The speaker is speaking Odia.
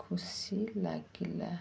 ଖୁସି ଲାଗିଲା